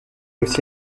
aussi